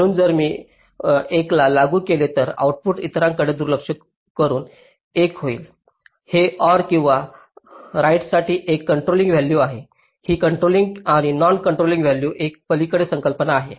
म्हणून जर मी 1 ला लागू केले तर आउटपुट इतरांकडे दुर्लक्ष करून 1 होईल हे OR किंवा राइटसाठी एक कंट्रोलिंग व्हॅल्यू आहे ही कंट्रोलिंग आणि नॉन कंट्रोलिंग व्हॅल्यू च्या पलीकडे संकल्पना आहे